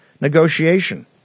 negotiation